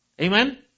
Amen